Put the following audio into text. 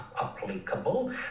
applicable